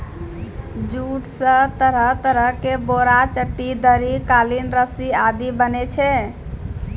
jute स तरह तरह के बोरा, चट्टी, दरी, कालीन, रस्सी आदि बनै छै